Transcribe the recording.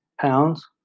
Pounds